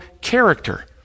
character